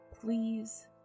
please